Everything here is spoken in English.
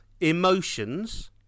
Emotions